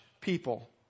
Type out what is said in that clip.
people